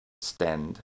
stand